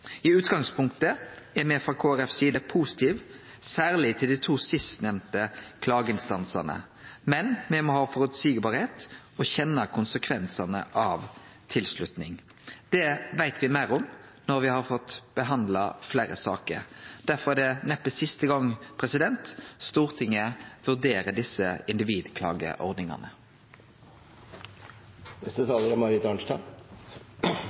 I utgangspunktet er me frå Kristeleg Folkepartis side positive særleg til dei to sistnemnde klageinstansane, men det må vere føreseieleg, og me må kjenne konsekvensane av tilslutning. Det veit me meir om når me har fått behandla fleire saker. Derfor er det neppe siste gong Stortinget vurderer desse